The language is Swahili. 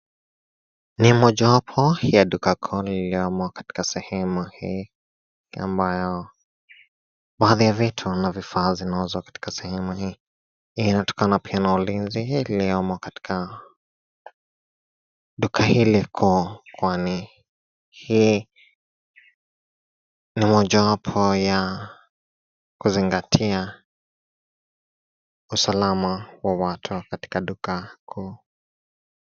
Ni mojawapo ya duka kuu liliyomo katika sehemu hii, ambayo baadhi ya vitu na vifaa zinazo katika sehemu hii. Inatokana pia na ulinzi iliyomo katika duka hili kuu, kwani, hii ni mojawapo ya kuzingatia usalama wa watu, katika duka kuu.